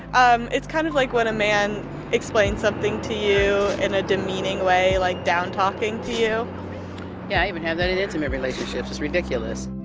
um it's kind of like when a man explains something to you in a demeaning way. like down talking to you. yeah, i even have that in intimate relationships. it's ridiculous.